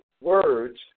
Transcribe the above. words